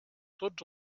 tots